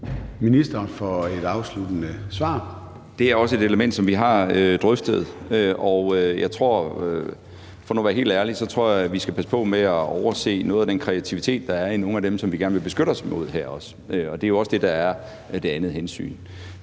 Erhvervsministeren (Morten Bødskov): Det er også et element, som vi har drøftet. For nu at være helt ærlig tror jeg, at vi skal passe på med at overse noget af den kreativitet, der er hos nogen af dem, som vi gerne vil beskytte os imod. Og det er jo også det, der er et andet hensyn.